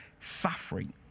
suffering